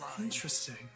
Interesting